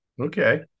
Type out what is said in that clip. Okay